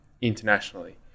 internationally